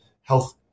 health